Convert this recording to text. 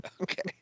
Okay